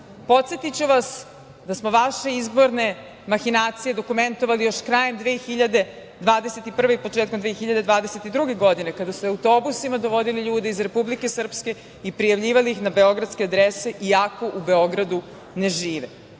glasaju. Podsetiću vas da smo vaše mahinacije dokumentovali još krajem 2021. i početkom 2022. godine kada ste autobusima dovodili ljude iz Republike Srpske i prijavljivali ih na beogradske adrese iako u Beogradu ne žive.